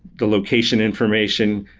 the location information,